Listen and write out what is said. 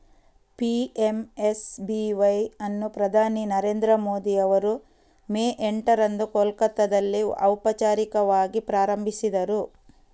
PMSBY ಅನ್ನು ಪ್ರಧಾನಿ ನರೇಂದ್ರ ಮೋದಿ ಅವರು ಮೇ ಎಂಟರಂದು ಕೋಲ್ಕತ್ತಾದಲ್ಲಿ ಔಪಚಾರಿಕವಾಗಿ ಪ್ರಾರಂಭಿಸಿದರು